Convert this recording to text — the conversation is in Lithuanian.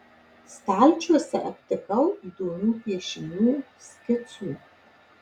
stalčiuose aptikau įdomių piešinių škicų